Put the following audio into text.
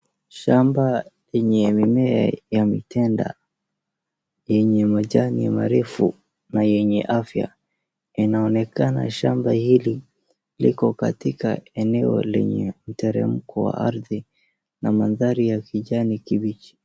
Shamba yenye mimea ya mitenda, yenye majani marefu na yenye afya. Inaonekana shamba hili liko katika eneo lenye mteremko wa ardhi na mandhari ya kijani kibichi.